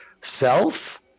self